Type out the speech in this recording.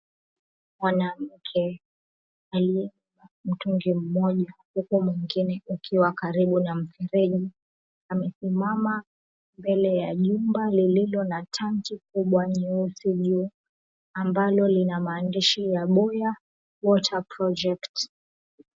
Mwanamke aliyebeba mtungi mmoja huku mwingine ukiwa karibu na mfereji amesimama mbele ya jumba lililo na tanki kubwa nyeusi juu ambalo lina maandishi ya Boya Water Project.